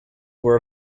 were